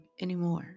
anymore